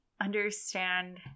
understand